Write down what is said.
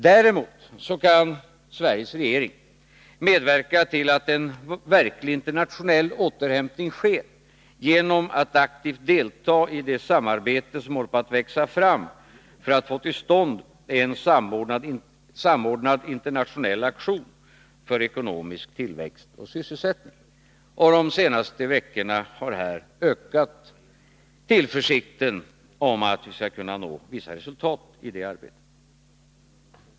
Däremot kan Sveriges regering medverka till att en verklig internationell återhämtning sker genom att aktivt delta i det samarbete som håller på att växa fram för att få till stånd en samordnad internationell aktion för ekonomisk tillväxt och sysselsättning. De senaste veckorna har ökat tillförsikten om att vi skall kunna nå vissa resultat i det arbetet.